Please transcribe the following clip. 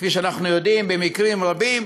כפי שאנחנו יודעים, במקרים רבים